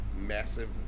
massive